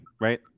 right